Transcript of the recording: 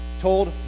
told